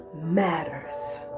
matters